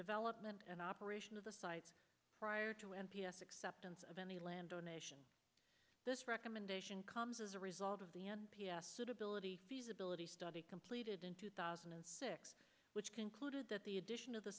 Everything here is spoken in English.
development and operation of the site prior to m p s acceptance of any land donation this recommendation comes as a result of the suitability feasibility study completed in two thousand and six which concluded that the addition of the